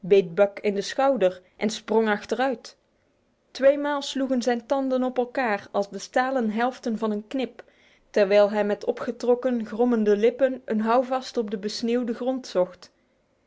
buck in de schouder en sprong achteruit tweemaal sloegen zijn tanden op elkaar als de stalen helften van een knip terwijl hij met opgetrokken grommende lippen een houvast op de besneeuwde grond zocht